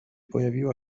pojawiła